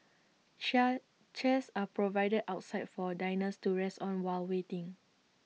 chair chairs are provided outside for diners to rest on while waiting